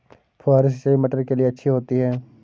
फुहारी सिंचाई मटर के लिए अच्छी होती है?